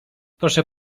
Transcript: proszę